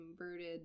converted